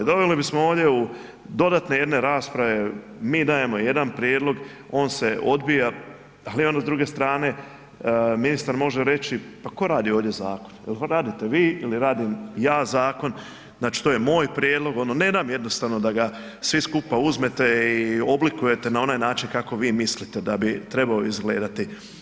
Doveli bismo ovdje u dodatne jedne rasprave, mi dajemo jedan prijedlog on se odbija, ali ono s druge strane ministar može reći pa tko radi ovdje zakon, jel to radite vi ili radim ja zakon, znači to je moj prijedlog, ono ne dam jednostavno da ga svi skupa uzmete i oblikujete na onaj način kako vi mislite da bi trebao izgledati.